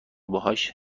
باهاش